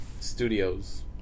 Studios